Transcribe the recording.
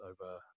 over